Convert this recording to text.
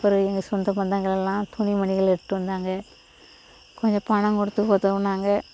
அப்புறம் எங்கள் சொந்த பந்தங்களெலாம் துணி மணிகள் எடுத்துகிட்டு வந்தாங்க கொஞ்சம் பணம் கொடுத்து உதவினாங்க